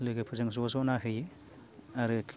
लोगोफोरजों ज' ज' नायहैयो आरो